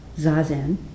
zazen